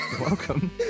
welcome